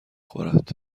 خورد